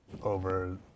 over